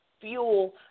fuel